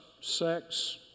sex